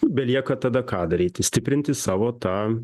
belieka tada ką daryti stiprinti savo tą